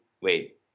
Wait